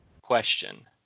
question